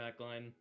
backline